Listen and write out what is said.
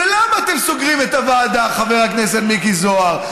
למה אתם סוגרים את הוועדה, חבר הכנסת מיקי זוהר?